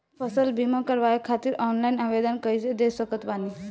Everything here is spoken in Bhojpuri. फसल बीमा करवाए खातिर ऑनलाइन आवेदन कइसे दे सकत बानी?